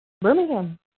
Birmingham